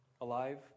alive